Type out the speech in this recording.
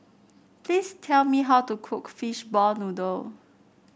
please tell me how to cook Fishball Noodle